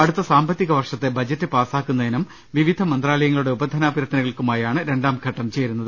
അടുത്ത സാമ്പത്തിക വർഷത്തെ ബജറ്റ് പാസ്സാക്കുന്നതിനും വിവിധ മന്ത്രാ ലയങ്ങളുടെ ഉപ ധനാഭ്യർത്ഥനകൾക്കുമായാണ് രണ്ടാം ഘട്ടം ചേരുന്നത്